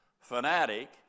fanatic